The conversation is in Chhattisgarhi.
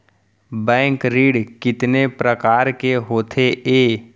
बैंक ऋण कितने परकार के होथे ए?